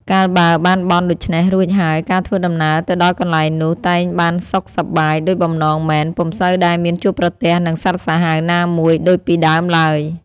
កាលបើបានបន់ដូច្នេះរួចហើយ ការធ្វើដំណើរទៅដល់កន្លែងនោះ តែងបានសុខសប្បាយដូចបំណងមែន ពុំសូវដែលមានជួបប្រទះនឹងសត្វសាហាវណាមួយដូចពីដើមឡើយ ។